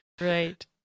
Right